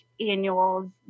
annuals